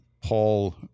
paul